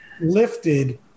lifted